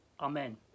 Amen